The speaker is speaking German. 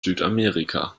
südamerika